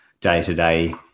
day-to-day